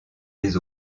des